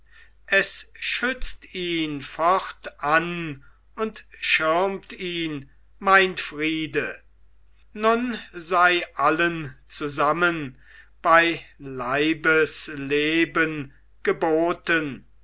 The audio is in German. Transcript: es schützt ihn fortan und schirmt ihn mein friede nun sei allen zusammen bei leibesleben geboten